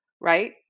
right